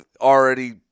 already